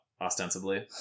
ostensibly